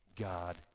God